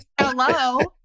Hello